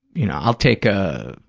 you know, i'll take, ah